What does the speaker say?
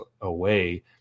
away